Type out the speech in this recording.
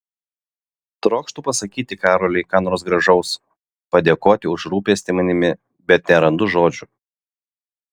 trokštu pasakyti karoliui ką nors gražaus padėkoti už rūpestį manimi bet nerandu žodžių